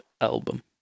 album